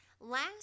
Last